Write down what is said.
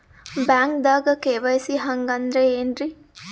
ಬ್ಯಾಂಕ್ದಾಗ ಕೆ.ವೈ.ಸಿ ಹಂಗ್ ಅಂದ್ರೆ ಏನ್ರೀ?